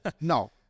no